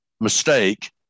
mistake